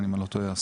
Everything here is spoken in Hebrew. אם אני לא טועה,